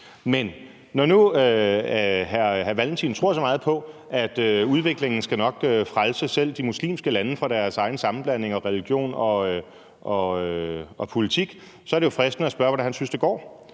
EU. Når nu hr. Kim Valentin tror så meget på, at udviklingen nok skal frelse selv de muslimske lande fra deres egen sammenblanding af religion og politik, er det jo fristende at spørge, hvordan han synes det går.